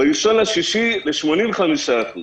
ב-1 ביוני 85% גבייה,